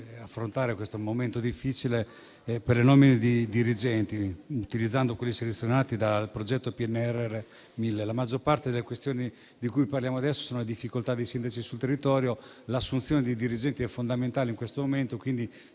affrontare questo momento difficile per quanto riguarda le nomine di dirigenti, utilizzando quelli selezionati dal progetto «Mille esperti PNRR». La maggior parte delle questioni di cui parliamo adesso riguarda le difficoltà dei sindaci sul territorio e l'assunzione dei dirigenti è fondamentale in questo momento, quindi